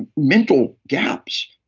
mental gaps.